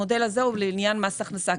המודל הזה הוא לעניין מס הכנסה.